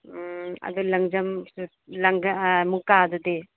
ꯎꯝ ꯑꯗꯨ ꯂꯪꯖꯝ ꯃꯨꯀꯥꯗꯗꯤ